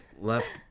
left